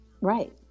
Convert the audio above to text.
Right